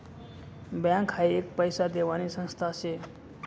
bank हाई एक पैसा देवानी संस्था शे